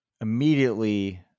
immediately